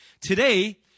Today